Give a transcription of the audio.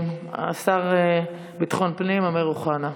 השר לביטחון פנים אמיר אוחנה.